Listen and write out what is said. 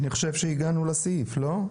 אני חושב שהגענו לסעיף, לא?